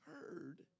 heard